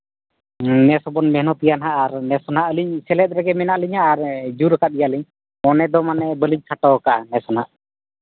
ᱱᱮᱥ ᱦᱚᱸᱵᱚᱱ ᱢᱮᱦᱱᱚᱛ ᱜᱮᱭᱟ ᱦᱟᱸᱜ ᱟᱨ ᱱᱮᱥ ᱦᱟᱸᱜ ᱟᱹᱞᱤᱧ ᱥᱮᱞᱮᱫ ᱨᱮᱜᱮ ᱢᱮᱱᱟᱜ ᱞᱤᱧᱟ ᱟᱨ ᱡᱳᱨ ᱟᱠᱟᱫ ᱜᱮᱭᱟᱞᱤᱧ ᱢᱚᱱᱮ ᱫᱚ ᱢᱟᱱᱮ ᱵᱟᱹᱞᱤᱧ ᱠᱷᱟᱴᱚ ᱠᱟᱜᱼᱟ ᱱᱮᱥ ᱢᱟ